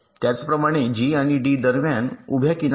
त्याचप्रमाणे जी आणि डी दरम्यान उभ्या किनार आहेत